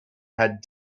had